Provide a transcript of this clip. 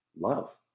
love